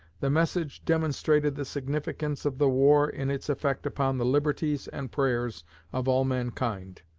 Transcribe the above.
the message demonstrated the significance of the war in its effect upon the liberties and prayers of all mankind.